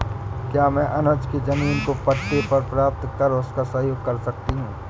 क्या मैं अनुज के जमीन को पट्टे पर प्राप्त कर उसका प्रयोग कर सकती हूं?